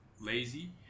lazy